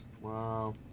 Wow